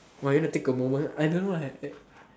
!wah! you want take a moment I don't know